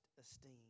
esteem